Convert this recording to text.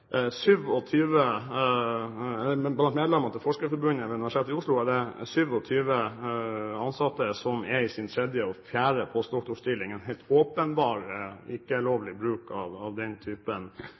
stillinger. Blant medlemmene i Forskerforbundet ved Universitetet i Oslo er det 27 ansatte som er i sin tredje og fjerde postdoktorstilling – en helt åpenbar ikke